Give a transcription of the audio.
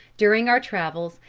during our travels,